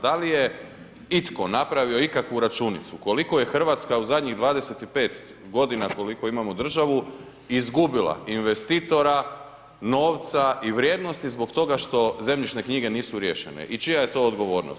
Da li je itko napravio ikakvu računicu koliko je Hrvatska u zadnjih 25 godina, koliko imamo državu, izgubila investitora, novca i vrijednosti zbog toga što zemljišne knjige nisu riješene i čija je to odgovornost?